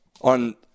on